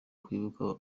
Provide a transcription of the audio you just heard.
kwibuka